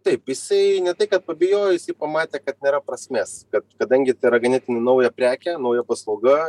taip jisai ne tai kad pabijojo jisai pamatė kad nėra prasmės kad kadangi tai yra ganėtinai nauja prekė nauja paslauga